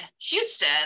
Houston